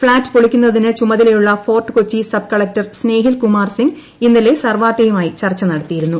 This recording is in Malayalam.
ഫ്ളാറ്റ് പൊളിക്കുന്നതിന് ചുമതലയുളള ഫോർട്ട് കൊച്ചി സബ് കളക്ടർ സ്നേഹിൽകുമാർ സിങ്ങ് ഇന്നലെ സർവാതേയുമായി ചർച്ച നടത്തിയിരുന്നു